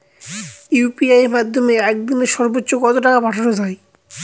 UPI এর মাধ্যমে এক দিনে সর্বচ্চ কত টাকা পাঠানো যায়?